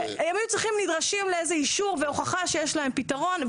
הם היו נדרשים לאיזה אישור והוכחה שיש להם פתרון,